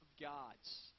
gods